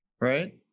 Right